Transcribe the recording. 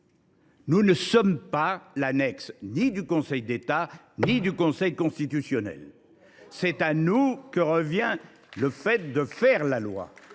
Nous ne sommes pas l’annexe du Conseil d’État ou du Conseil constitutionnel. C’est à nous qu’il revient de faire la loi